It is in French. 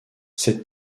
cette